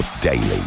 daily